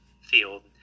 field